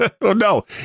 No